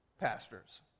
pastors